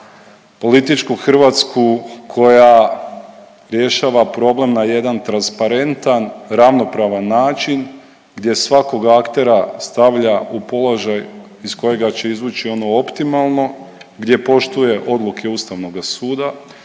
Političku Hrvatsku koja rješava problem na jedan transparentan, ravnopravan način gdje svakog aktera stavlja u položaj iz kojega će izvući ono optimalno, gdje poštuje odluke Ustavnoga suda,